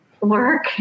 work